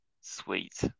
Sweet